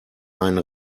einen